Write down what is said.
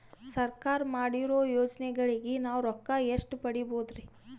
ಸರ್ಕಾರ ಮಾಡಿರೋ ಯೋಜನೆಗಳಿಗೆ ನಾವು ರೊಕ್ಕ ಎಷ್ಟು ಪಡೀಬಹುದುರಿ?